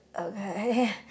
okay